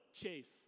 Chase